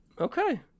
okay